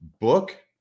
book